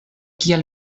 kial